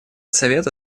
совета